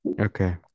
Okay